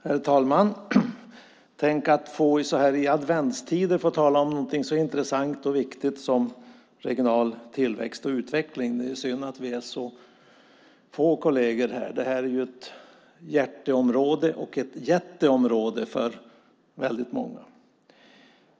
Herr talman! Tänk att så här i adventstider få tala om någonting så intressant och viktigt som regional tillväxt och utveckling. Det är synd att vi är så få kolleger här. Det här är ett jätteområde och ett hjärteområde för många.